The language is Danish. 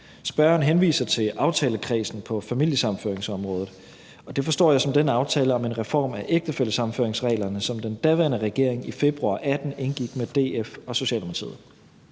Spørgeren henviser til aftalekredsen på familiesammenføringsområdet, og det forstår jeg som den aftale om en reform af ægtefællesammenføringsreglerne, som den daværende regering i februar 2018 indgik med DF og Socialdemokratiet.